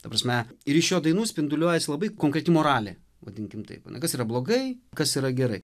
ta prasme ir iš jo dainų spinduliuoja jisai labai konkreti moralė vadinkim taip kas yra blogai kas yra gerai